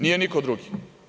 Nije niko drugi.